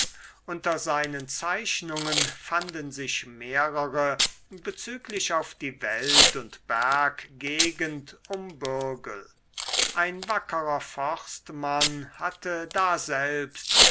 unter seinen zeichnungen fanden sich mehrere bezüglich auf die wald und berggegend um bürgel ein wackerer forstmann hatte daselbst